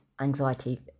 Anxiety